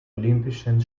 olympischen